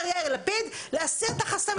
אומר יאיר לפיד "להסיר את החסמים",